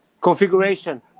Configuration